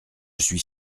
suis